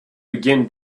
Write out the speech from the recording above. begin